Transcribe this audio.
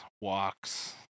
walks